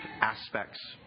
aspects